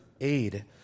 aid